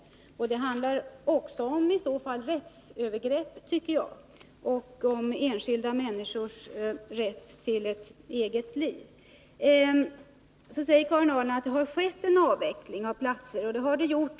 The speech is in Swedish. Jag tycker att detta också handlar om rättsövergrepp och om enskilda människors rätt till ett eget liv. Karin Ahrland säger att det har skett en avveckling av platser.